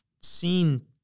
seen